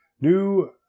New